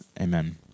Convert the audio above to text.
Amen